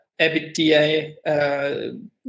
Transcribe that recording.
EBITDA